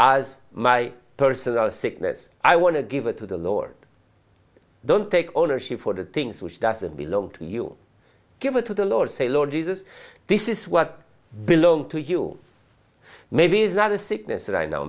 as my personal sickness i want to give it to the lord don't take ownership for the things which doesn't belong to you give it to the lord say lord jesus this is what belong to you maybe it's not a sickness that i know